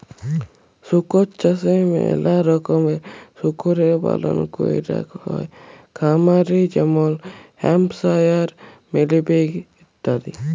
শুকর চাষে ম্যালা রকমের শুকরের পালল ক্যরাক হ্যয় খামারে যেমল হ্যাম্পশায়ার, মিলি পিগ ইত্যাদি